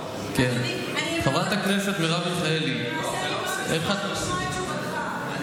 חברת הכנסת מרב מיכאלי, איך, מרב מיכאלי פה.